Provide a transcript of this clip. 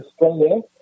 Australia